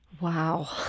Wow